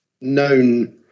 known